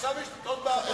עכשיו יש קטטות בעבודה.